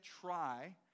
try